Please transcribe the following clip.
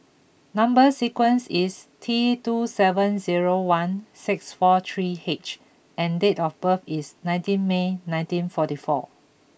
number sequence is T two seven zero one six four three H and date of birth is nineteen May nineteen forty four